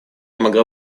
могла